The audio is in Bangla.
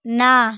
না